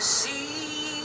see